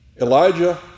Elijah